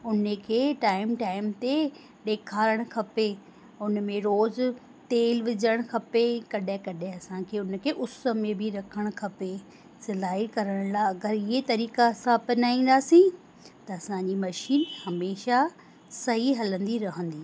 उन खे time time ते ॾेखारणु खपे हुन में रोज़ तेल विझणु खपे कॾहिं कॾहिं असांखे उन खे उस में बि रखणु खपे सिलाई करण लाइ अगरि असां इहे तरीक़ा अपनाईंदासीं त असांजी मशीन हमेशह सही हलंदी रहंदी